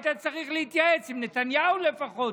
היית צריך להתייעץ עם נתניהו לפחות,